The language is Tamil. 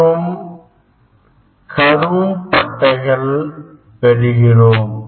மற்றும் கரும் பட்டைகள்பெறுகிறோம்